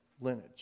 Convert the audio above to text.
lineage